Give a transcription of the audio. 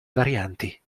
varianti